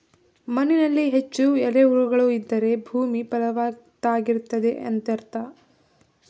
ಮಣ್ಣಿನಲ್ಲಿ ಹೆಚ್ಚು ಎರೆಹುಳುಗಳು ಇದ್ದರೆ ಭೂಮಿ ಫಲವತ್ತಾಗಿದೆ ಎಂದರ್ಥ